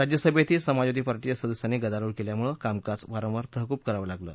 राज्यसभेतही समाजवादी पार्टीच्या सदस्यांनी गदारोळ केल्यामुळे कामकाज वारंवार तहकूब करावं लागलं